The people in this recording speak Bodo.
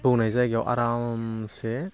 बौनाय जायगायाव आरामसे